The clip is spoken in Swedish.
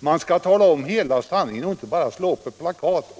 Man skall tala om hela sanningen och inte bara slå upp ett plakat.